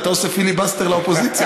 אתה עושה פיליבסטר לאופוזיציה,